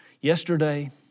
yesterday